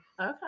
Okay